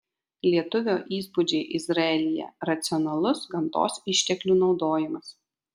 lietuvio įspūdžiai izraelyje racionalus gamtos išteklių naudojimas